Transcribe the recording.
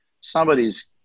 somebody's